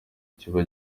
kiba